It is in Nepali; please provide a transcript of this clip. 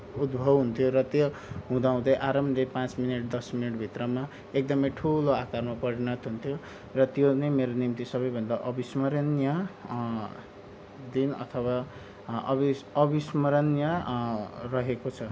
उद्भव हुन्थ्यो र त्यो हुँदाहुँदै आरामले पाँच मिनट दस मिनट भित्रमा एकदमै ठुलो आकारमा परिणत हुन्थ्यो र त्यो नै मेरो निम्ति सबैभन्दा अविस्मरणीय दिन अथवा अविस अविस्मरणीय रहेको छ